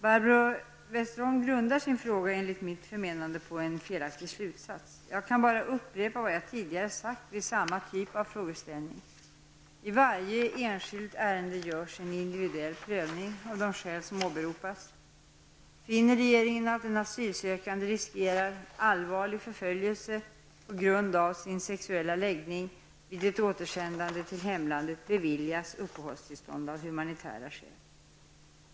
Barbro Westerholm grundar sin fråga, enligt mitt förmenande, på en felaktigt slutsats. Jag kan här bara upprepa vad jag tidigare sagt vid samma typ av frågeställning. I varje enskilt ärende görs en individuell prövning av de skäl som åberopats. Finner regeringen att en asylsökande riskerar allvarlig förföljelse på grund av sin sexuella läggning vid ett återsändande till hemlandet beviljas uppehållstillstånd av humanitära skäl.